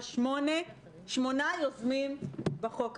שמונה יוזמים יש לחוק הזה.